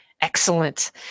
Excellent